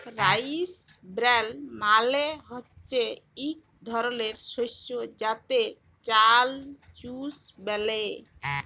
rice ব্রল মালে হচ্যে ইক ধরলের শস্য যাতে চাল চুষ ব্যলে